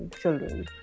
children